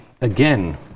again